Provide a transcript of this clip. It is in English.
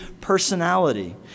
personality